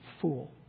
fool